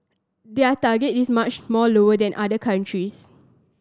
their target is much more lower than other countries